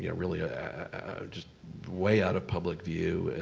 yeah really ah just way out of public view.